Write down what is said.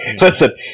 Listen